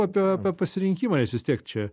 apie apie pasirinkimą nes vis tiek čia